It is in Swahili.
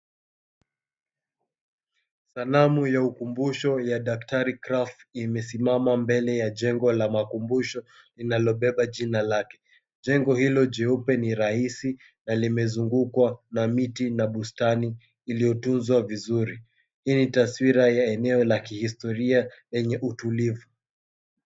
Sanamu ya ukumbusho ya Daktari Kraft imesimama mbele ya jengo la makumbusho linalobeba jina lake. Jengo hilo jeupe ni rahisi na limezungukwa na miti na bustani iliyotunzwa vizuri. Hii ni taswira ya eneo la kihistoria yenye utulivu.